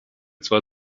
zwar